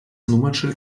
nummernschild